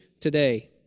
today